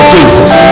Jesus